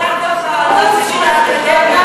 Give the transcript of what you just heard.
זה לא היה בקשה פמיניסטית.